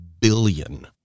billion